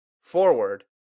forward